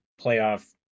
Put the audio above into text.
playoff